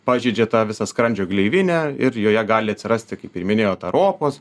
pažeidžia tą visą skrandžio gleivinę ir joje gali atsirasti kaip ir minėjot ar opos